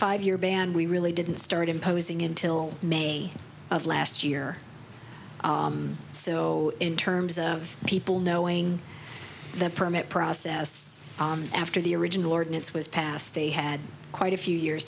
five year ban we really didn't start imposing until may of last year so in terms of people knowing the permit process after the original ordinance was passed they had quite a few years